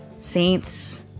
saints